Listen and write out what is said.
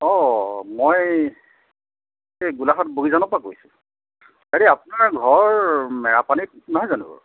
অঁ মই গোলাঘাট বগীজানৰপৰা কৈছোঁ হেৰি আপোনাৰ ঘৰ মেৰাপানীত নহয় জানো